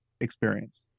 experience